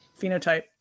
phenotype